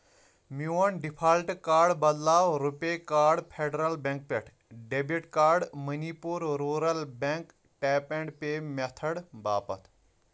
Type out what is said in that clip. میون default card بدلاو RuPay card Federal Bank پٮ۪ٹھ ڈیٚبِٹ کارڈ مٔنی پوٗر rural bank tap and pay میتھٲڑ باپتھ